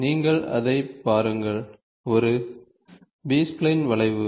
நீங்கள் அதைப் பாருங்கள் இது ஒரு பி ஸ்பைலைன் வளைவு